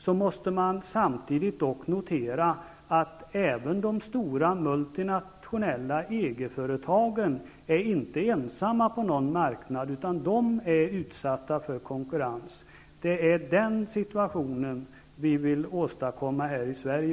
Man måste samtidigt dock notera att även de stora multinationella EG företagen inte är ensamma på någon marknad, utan de är utsatta för konkurrens. Det är den situationen vi vill åstadkomma också här i Sverige.